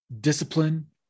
discipline